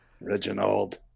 Reginald